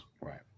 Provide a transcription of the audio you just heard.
Right